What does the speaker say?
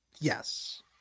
Yes